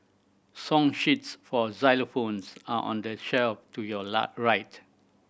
song sheets for xylophones are on the shelf to your right